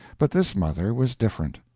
but this mother was different.